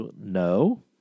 no